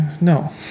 no